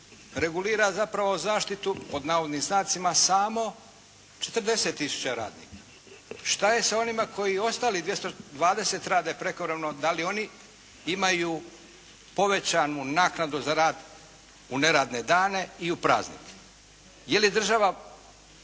regulira zapravo zaštitu pod navodnim znacima samo 40 tisuća radnika. Šta je sa onima koji, ostalih 220 rade prekovremeno? Da li oni imaju povećanu naknadu za rad u neradne dane i u praznike? Je li država